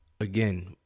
Again